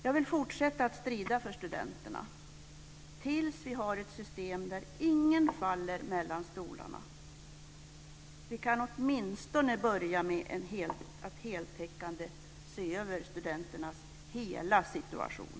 Jag vill fortsätta att strida för studenterna tills vi har ett system där ingen faller mellan stolarna. Vi kan åtminstone börja med att heltäckande se över studenternas hela situation.